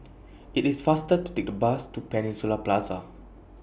IT IS faster to Take The Bus to Peninsula Plaza